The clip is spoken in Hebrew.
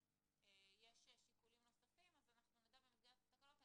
יש שיקולים נוספים אז אנחנו נדע במסגרת התקנות.